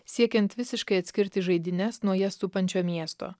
siekiant visiškai atskirti žaidynes nuo jas supančio miesto